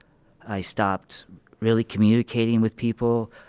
i stopped really communicating with people.